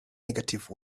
negative